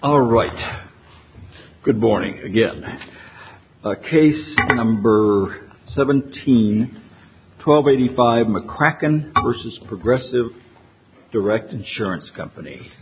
all right good morning again case number seventeen twelve eighty five mccracken ursus progressive direct insurance company